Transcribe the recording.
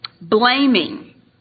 Blaming